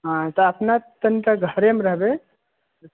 हाँ तऽ अपना तनि तऽ घरेमे रहबै